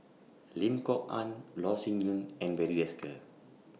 Lim Kok Ann Loh Sin Yun and Barry Desker